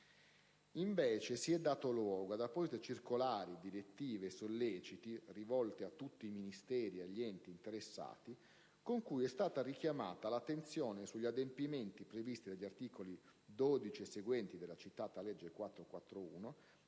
invece dato luogo ad apposite circolari, direttive e solleciti, rivolti a tutti i Ministeri e da enti interessati, con cui è stata richiamata l'attenzione sugli adempimenti previsti dagli articoli 12 e seguenti della suddetta legge n.